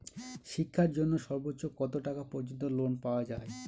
শিক্ষার জন্য সর্বোচ্চ কত টাকা পর্যন্ত লোন পাওয়া য়ায়?